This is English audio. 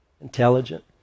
intelligent